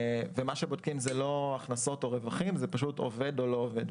אז מה שבודקים זה לא הכנסות או רווחים אלא פשוט אם הוא עובד או לא עובד,